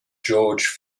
george